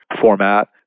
format